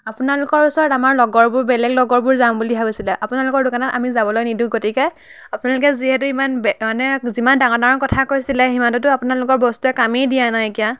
আপোনালোকৰ ওচৰত আমাৰ লগৰবোৰ বেলেগ লগৰবোৰ যাম বুলি ভাবিছিল আপোনালোকৰ দোকানত আমি যাবলৈ নিদিওঁ গতিকে আপোনালোকে যিহেতু ইমান বে মানে যিমান ডাঙৰ ডাঙৰ কথা কৈছিল সিমানটোতো আপোনালোকৰ বস্তুৱে কামেই দিয়া নাইকিয়া